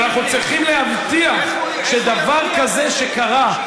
אבל אנחנו צריכים להבטיח שדבר כזה שקרה,